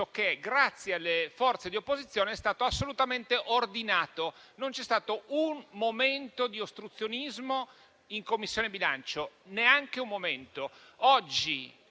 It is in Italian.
grazie alle forze di opposizione, è stato assolutamente ordinato. Non c'è stato un momento di ostruzionismo in Commissione bilancio, neanche un momento.